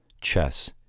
chess